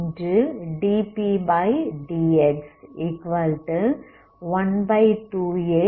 அதுQxx t∂Q∂xdgdp